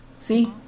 See